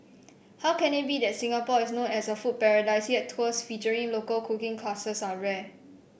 how can it be that Singapore is known as a food paradise yet tours featuring local cooking classes are rare